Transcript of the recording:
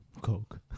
Coke